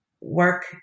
work